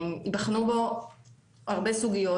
ייבחנו בו הרבה סוגיות.